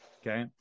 Okay